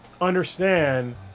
Understand